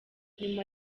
nyuma